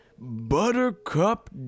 Buttercup